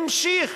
המשיך